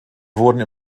wurden